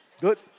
Good